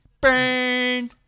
Burn